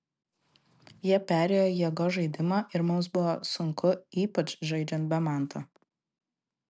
jie perėjo į jėgos žaidimą ir mums buvo sunku ypač žaidžiant be manto